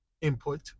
input